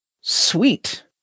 Sweet